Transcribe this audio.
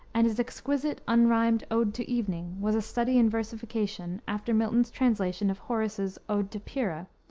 and his exquisite unrimed ode to evening was a study in versification, after milton's translation of horace's ode to pyrrha,